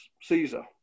Caesar